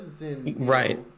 right